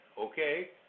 Okay